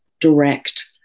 direct